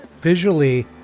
Visually